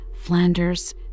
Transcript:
Flanders